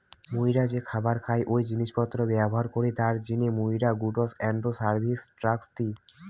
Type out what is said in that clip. মুইরা যে খাবার খাই ও জিনিস পত্র ব্যবহার করি তার জিনে মুইরা goods and service tax the